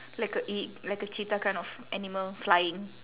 like a ea~ like a cheetah kind of animal flying